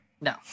No